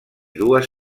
dues